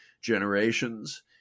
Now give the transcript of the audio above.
generations